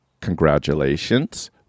congratulations